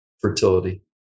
fertility